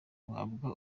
uhabwa